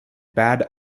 bad